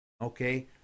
Okay